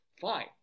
Fine